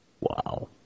Wow